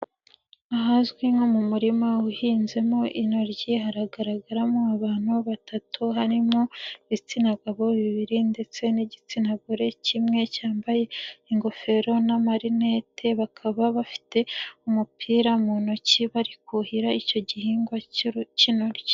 Ahazwi nko mu murima uhinzemo intoryi hagaragaramo abantu batatu, harimo ibitsina gabo bibiri ndetse n'igitsina gore kimwe cyambaye ingofero n'amarinete, bakaba bafite umupira mu ntoki bari kuhira icyo gihingwa cy'uru k'intoryi.